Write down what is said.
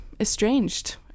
estranged